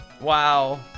wow